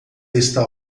está